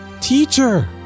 Teacher